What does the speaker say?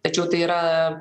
tačiau tai yra